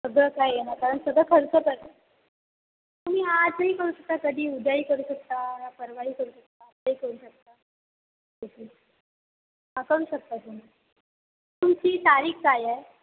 सगळं काय येणार कारण सगळं खर्चच आहे ना तुम्ही आजही करू शकता कधी उद्याही करू शकता परवाही करू शकता करू शकता अकाऊंट्स असतात तुमची तारीख काय आहे